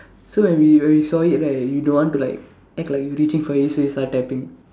so when we when we saw it right you don't want to like act like you reaching for it so you start tapping